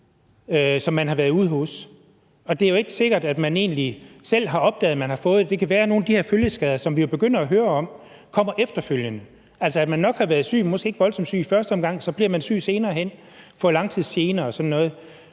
som man har været ude hos. Og det er jo ikke sikkert, at man egentlig selv har opdaget, man har fået det. Det kan være, at nogle af de her følgeskader, som vi begynder at høre om, kommer efterfølgende. Altså at man nok har været syg, men måske ikke rigtig syg i første omgang, og så bliver man syg senere hen og får langtidsgener og sådan noget.